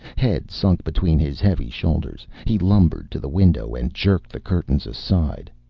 head sunk between his heavy shoulders, he lumbered to the window and jerked the curtains aside.